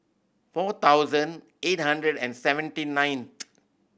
four thousand eight hundred and seventy nine